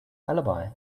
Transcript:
alibi